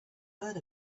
heard